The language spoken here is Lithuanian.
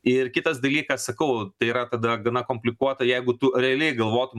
ir kitas dalykas sakau tai yra tada gana komplikuota jeigu tu realiai galvotum